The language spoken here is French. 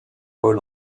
paul